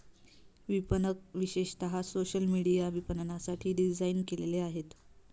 विपणक विशेषतः social media विपणनासाठी डिझाइन केलेले आहेत